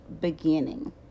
beginning